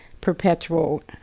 perpetual